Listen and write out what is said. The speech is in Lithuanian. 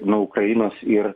nuo ukrainos ir